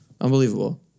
Unbelievable